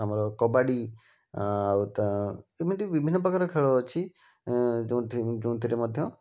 ଆମର କବାଡ଼ି ଆଉ ତା ଏମିତି ବିଭିନ୍ନ ପ୍ରକାର ଖେଳ ଅଛି ଯେଉଁଥି ଯୋଉଁଥିରେ ମଧ୍ୟ